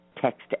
text